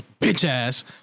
bitch-ass